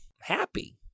happy